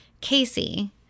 Casey